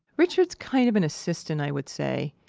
richard's kind of an assistant, i would say,